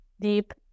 deep